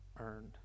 earned